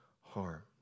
harm